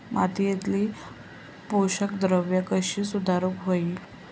मातीयेतली पोषकद्रव्या कशी सुधारुक होई?